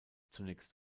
zunächst